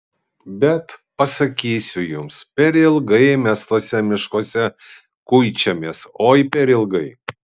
bet pasakysiu jums per ilgai mes tuose miškuose kuičiamės oi per ilgai